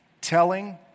telling